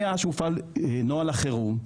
שמאז שהופעל נוהל החירום,